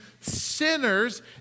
sinners